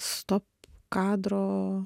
stop kadro